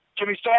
Jimmy